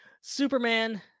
superman